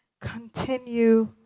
continue